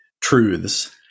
truths